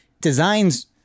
Designs